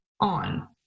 on